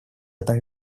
этом